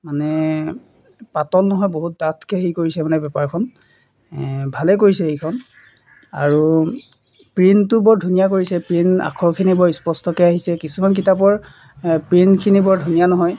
মানে পাতল নহয় বহুত ডাঠকৈ হেৰি কৰিছে মানে পেপাৰখন ভালেই কৰিছে এইখন আৰু প্ৰিণ্টটো বৰ ধুনীয়া কৰিছে প্ৰিণ্ট আখৰখিনি বৰ স্পষ্টকৈ আহিছে কিছুমান কিতাপৰ প্ৰিণ্টখিনি বৰ ধুনীয়া নহয়